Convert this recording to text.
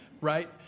right